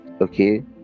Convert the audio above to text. okay